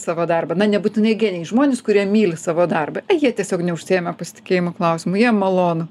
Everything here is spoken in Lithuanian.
savo darbą na nebūtinai genijai žmonės kurie myli savo darbą ai jie tiesiog neužsiėmę pasitikėjimo klausimu jiem malonu